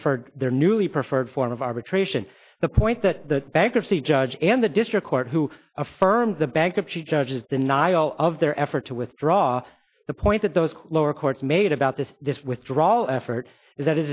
preferred their newly preferred form of arbitration the point that the bankruptcy judge and the district court who affirmed the bankruptcy judges deny all of their effort to withdraw the point that those lower courts made about this this withdrawal effort is that